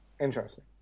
Interesting